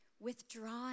Withdrawing